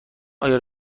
آیا